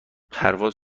پرواز